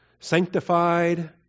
Sanctified